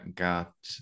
got